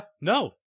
no